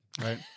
right